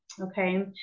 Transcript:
Okay